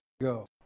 go